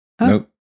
Nope